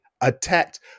attacked